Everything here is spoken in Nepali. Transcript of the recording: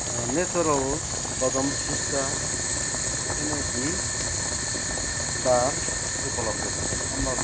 Naturals badam fiesta energy bar उपलब्ध छन्